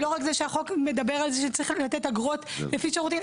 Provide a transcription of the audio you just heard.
ולא רק זה שהחוק מדבר על זה שצריך לתת אגרות לפי שירותים.